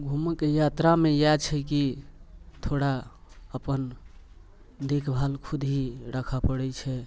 घुमैके यात्रामे इएह छै कि थोड़ा अपन देखभाल खुद ही राखऽ पड़ै छै